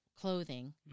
clothing